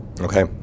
Okay